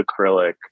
acrylic